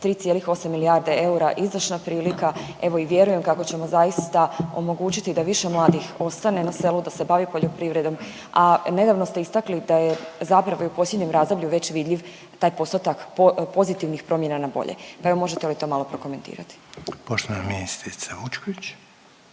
3,8 milijarde eura je izdašna prilika, evo i vjerujem kako ćemo zaista omogućiti da više mladih ostane na selu, da se bavi poljoprivredom. A nedavno ste istakli da je, zapravo i u posljednjem razdoblju već vidljiv taj postotak pozitivnih promjena na bolje, pa evo možete li to malo prokomentirati. **Reiner, Željko